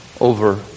over